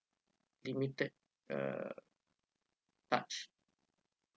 limited uh touch